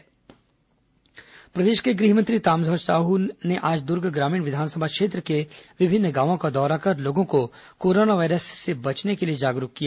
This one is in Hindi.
कोरोना गृहमंत्री दौरा प्रदेश के गृहमंत्री ताम्रध्वज साहू ने आज दूर्ग ग्रामीण विधानसभा क्षेत्र के विभिन्न गांवों का दौरा कर लोगों को कोरोना वायरस से बचने के लिए जागरूक किया